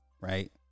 Right